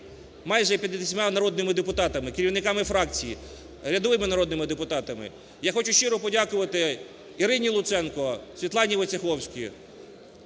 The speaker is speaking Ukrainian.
майже 50 народними депутатами, керівниками фракцій, рядовими народними депутатами. Я хочу щиро подякувати Ірині Луценко, Світлані Войцеховській,